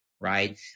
Right